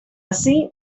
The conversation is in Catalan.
ací